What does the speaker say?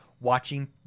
watching